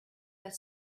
that